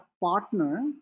partner